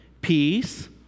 peace